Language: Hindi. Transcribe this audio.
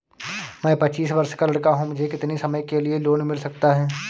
मैं पच्चीस वर्ष का लड़का हूँ मुझे कितनी समय के लिए लोन मिल सकता है?